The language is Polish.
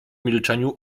milczeniu